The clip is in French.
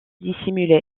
dissimulé